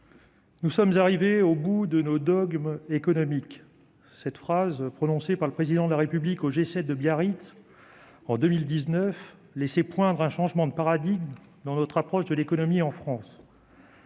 nous sommes arrivés au bout de nos dogmes économiques ». Cette phrase, prononcée par le Président de la République au G7 de Biarritz en 2019, laissait poindre un changement de paradigme dans notre approche de l'économie en France.